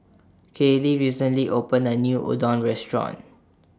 Kaylee recently opened A New Udon Restaurant